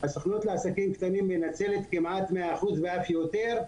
הסוכנות לעסקים קטנים מנצלת את התקציב כמעט ב-100% ואף יותר,